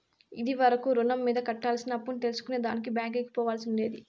ఇది వరకు రుణం మీద కట్టాల్సిన అప్పుని తెల్సుకునే దానికి బ్యాంకికి పోవాల్సి ఉండేది